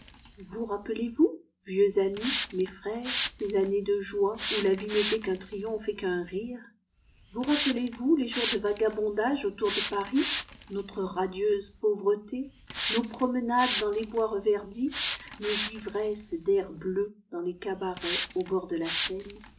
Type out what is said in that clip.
vous rappelez-vous vieux amis mes frères ces années de joie où la vie n'était qu'un triomphe et qu'un rire vous rappelez-vous les jours de vagabondage autour de paris notre radieuse pauvreté nos promenades dans les bois reverdis nos ivresses d'air bleu dans les cabarets au bord de la seine